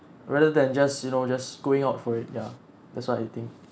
rather than just you know just going out for it ya that's what I think